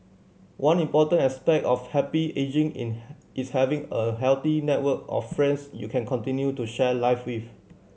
one important aspect of happy ageing in is having a healthy network of friends you can continue to share life with